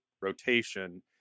rotation